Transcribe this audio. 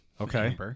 Okay